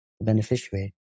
beneficiary